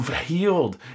healed